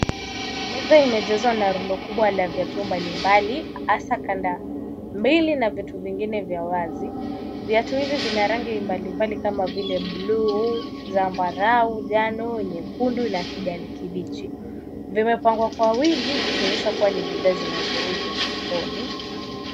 Meza imejazwa na rundo kubwa ya Viatu mbalimbali haswa Kanda mbili na viatu vingine vya wazi. Viatu hivi vina rangi mbalimbali kama vile buluu, zambarao, njano , nyekundu na kijani kibichi Vimepangwa kwa wingi vikionyesha ni bidhaa zinazouzwa sokoni.